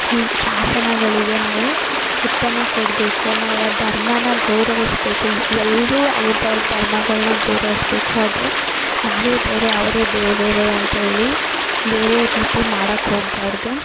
ಹಲ್ ಶಾಸನಗಳಿಗೆ ನಾವು ಒತ್ತನ್ನು ಕೊಡಬೇಕು ನಾವು ಆ ಧರ್ಮನ ಗೌರವಿಸ್ಬೇಕು ಎಲ್ಲರೊ ಅವ್ರ್ದವ್ರ್ದು ಧರ್ಮಗಳನ್ನ ಗೌರವಿಸ್ಬೇಕು ಆದರೆ ನಾವೇ ಬೇರೆ ಅವರೇ ಬೇರೆ ಬೇರೆ ಅಂತ ಹೇಳಿ ಬೇರೆ ರೀತಿ ಮಾಡಕ್ಕೆ ಹೋಗಬಾರ್ದು